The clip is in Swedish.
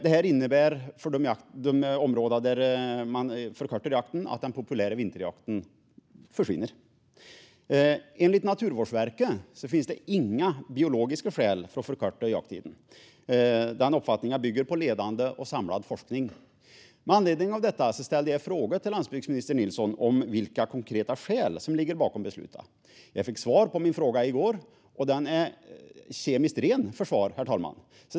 Det här innebär att den populära vinterjakten försvinner i de områden där man förkortar jakten. Enligt Naturvårdsverket finns det inga biologiska skäl för att förkorta jakttiden. Den uppfattningen bygger på ledande och samlad forskning. Med anledning av detta ställde jag en skriftlig fråga till landsbygdsminister Nilsson om vilka konkreta skäl som ligger bakom beslutet. Jag fick svar på min fråga i går, men texten är egentligen kemiskt ren från svar, herr talman.